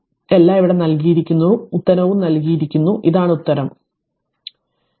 എല്ലാം ഇവിടെ നൽകിയിരിക്കുന്നു അതിനുള്ള ഉത്തരവും നൽകുന്നു ഇതാണ് ഉത്തരം നൽകി